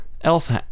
else